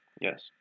Yes